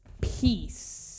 Peace